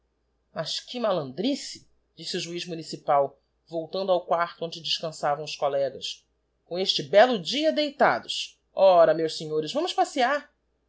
mas que malandrice disse o juiz municipal voltando ao quarto onde descançavam os collegas com este bello dia deitados ora meus senhores vamos passeiar